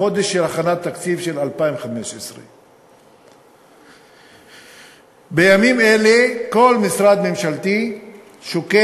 בחודש של הכנת התקציב של 2015. בימים אלה כל משרד ממשלתי שוקד,